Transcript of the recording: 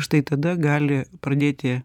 štai tada gali pradėti